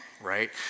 right